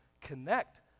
connect